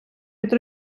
від